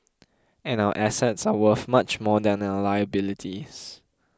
and our assets are worth much more than our liabilities